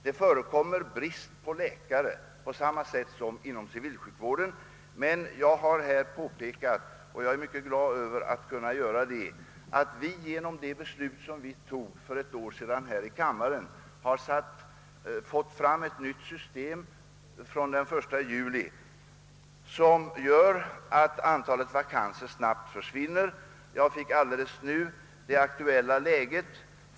Det föreligger där brist på läkare på samma sätt som inom den civila sjukvården, och jag är glad över att jag här kan påpeka att vi genom det beslut som kammaren fattade för ett år sedan har från och med den 1 juli fått ett nytt system, som medför att antalet vakanser snabbt minskar. Jag fick just meddelande om det aktuella läget.